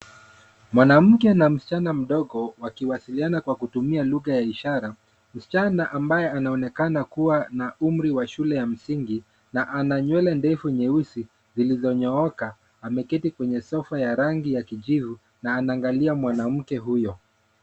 Mwanamke na msichana mdogo, wakiwasiliana kwa kutumia lugha ya ishara. Msichana ambaye anaonekana kuwa na umri wa shule ya msingi na ana nywele ndefu nyeusi, zilizo nyooka, ameketi kwenye sofa ya rangi ya kijivu na anangalia mwanamke huyo.